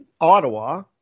Ottawa